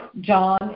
John